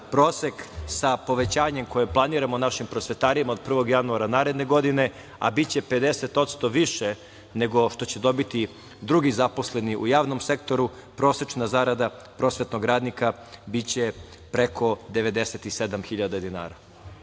sa povećanjem koje planiramo našim prosvetarima od 1. januara naredne godine, a biće 50% više nego što će dobiti drugi zaposleni u javnom sektoru, prosečna zarada prosvetnog radnika biće preko 97.000 dinara. Ono